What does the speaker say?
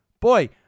Boy